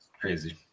crazy